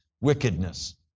wickedness